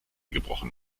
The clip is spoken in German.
gebrochen